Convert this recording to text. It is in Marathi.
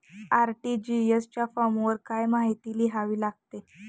आर.टी.जी.एस च्या फॉर्मवर काय काय माहिती लिहावी लागते?